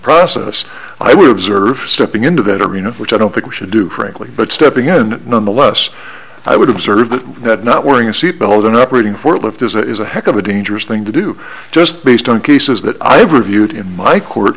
process i would deserve stepping into that arena which i don't think we should do frankly but stepping in nonetheless i would observe that not wearing a seatbelt and operating for a lift is a is a heck of a dangerous thing to do just based on cases that i've reviewed in my court